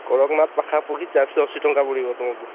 କଡ଼କନାଥ ପାଖା ପାଖି ଚାରିଶହ ଅଶୀ ଟଙ୍କା ପଡ଼ିବ ତୁମକୁ